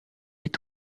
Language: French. est